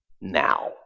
now